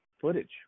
footage